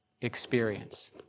experience